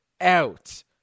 out